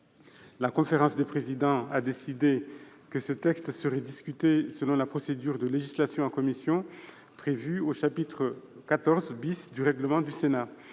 La conférence des présidents a décidé que ce texte serait discuté selon la procédure de législation en commission prévue au chapitre XIV du règlement du Sénat.